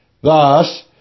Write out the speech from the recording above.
Thus